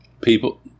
people